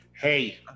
hey